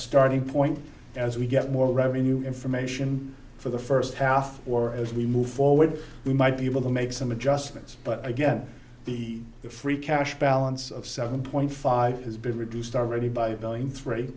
starting point as we get more revenue information for the first half or as we move forward we might be able to make some adjustments but again the free cash balance of seven point five has been reduced already by a billion th